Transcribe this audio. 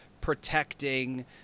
protecting